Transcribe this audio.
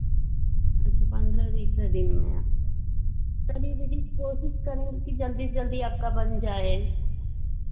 अच्छा पंद्रह बीसवें दिन में चलिए दीदी कोशिश करेंगे कि जल्दी से जल्दी आपका बन जाए